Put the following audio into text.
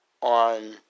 on